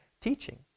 teaching